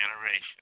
generation